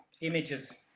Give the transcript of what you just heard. images